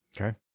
Okay